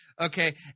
Okay